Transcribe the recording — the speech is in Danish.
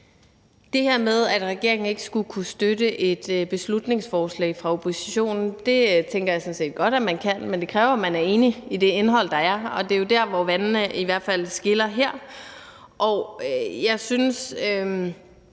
det her med, at regeringen ikke skulle kunne støtte et beslutningsforslag fra oppositionens side, vil jeg sige, at det tænker jeg sådan set godt man kan, men det kræver, at man er enig i det indhold, der er, og det er jo der, hvor vandene i hvert fald skiller her. Jeg synes